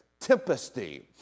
tempesty